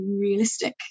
realistic